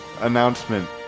announcement